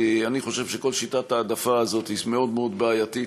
אני חושב שכל שיטת ההעדפה הזאת מאוד מאוד בעייתית.